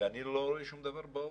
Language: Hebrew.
ואני לא רואה שום דבר באופק.